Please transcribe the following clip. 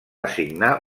assignar